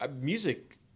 music